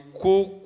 cook